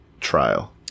trial